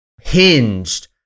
hinged